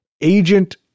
Agent